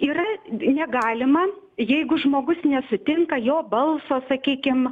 yra negalima jeigu žmogus nesutinka jo balso sakykim